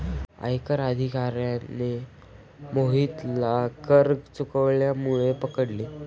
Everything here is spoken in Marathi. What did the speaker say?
आयकर अधिकाऱ्याने मोहितला कर चुकवल्यामुळे पकडले